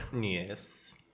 Yes